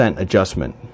adjustment